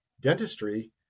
dentistry